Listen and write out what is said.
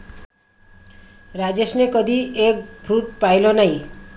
राजेशने कधी egg fruit पाहिलं नाही